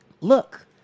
Look